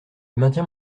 maintiens